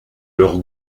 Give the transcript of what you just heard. leur